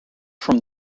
from